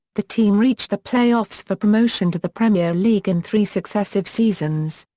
the team reached the play-offs for promotion to the premier league in three successive seasons.